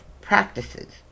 practices